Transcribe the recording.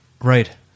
Right